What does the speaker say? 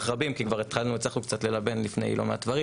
רבים כי הצלחנו קצת ללבן לא מעט דברים,